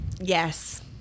yes